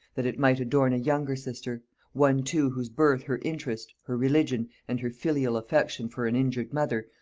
that it might adorn a younger sister one too whose birth her interest, her religion, and her filial affection for an injured mother,